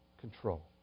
control